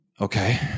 Okay